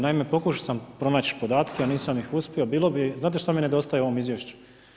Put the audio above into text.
Naime, pokušao sam pronać podatke, a nisam ih uspio, bilo je, znate što mi nedostaje u ovom izvješću?